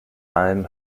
alm